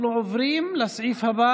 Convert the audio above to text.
אנחנו עוברים לסעיף הבא